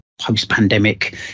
post-pandemic